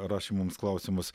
rašė mums klausimus